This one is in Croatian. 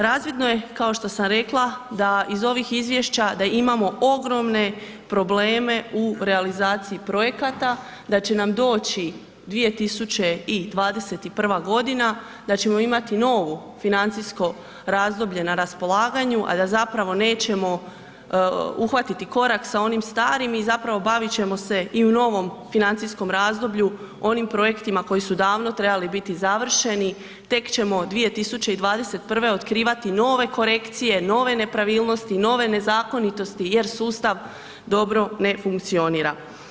Razvidno je, kao što sam rekla, da iz ovih izvješća da imamo ogromne probleme u realizaciji projekata, da će nam doći 2021.g. da ćemo imati novu financijsko razdoblje na raspolaganju, a da zapravo nećemo uhvatiti korak sa onim starim i zapravo, bavit ćemo se i u novom financijskom razdoblju onim projektima koji su davno trebali biti završeni, tek ćemo 2021. otkrivati nove korekcije, nove nepravilnosti, nove nezakonitosti jer sustav dobro ne funkcionira.